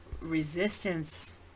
resistance